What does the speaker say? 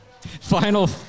Final